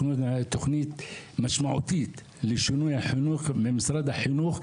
תוכנית משמעותית לשינוי החינוך ממשרד החינוך,